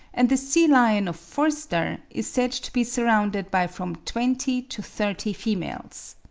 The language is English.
and the sea-lion of forster is said to be surrounded by from twenty to thirty females.